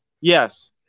Yes